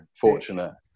fortunate